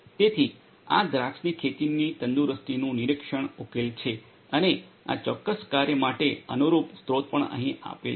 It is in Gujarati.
તેથી આ દ્રાક્ષની ખેતીની તંદુરસ્તીનું નિરીક્ષણ ઉકેલ છે અને આ ચોક્કસ કાર્ય માટે અનુરૂપ સ્રોત પણ અહીં આપેલ છે